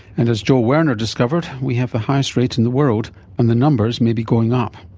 and as joel werner discovered we have the highest rate in the world and the numbers may be going up.